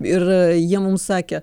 ir jie mums sakė